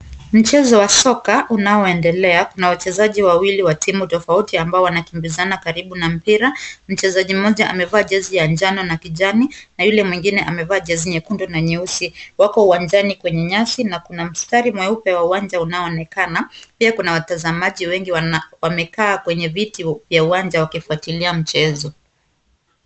Mchezo wa soka unaoendelea kuna wachezaji wawili wa timu tofauti ambao wanakimbizana karibu na mpira. Mchezaji mmoja amevaa jezi ya njano na kijani, na yule mwingine amevaa jezi nyekundu na nyeusi. Wako uwanjani kwenye nyasi na kuna mstari mweupe wa uwanja unaoonekana pia kuna watazamaji wengi wamekaa kwenye viti vya uwanja wakifuatilia mchezo.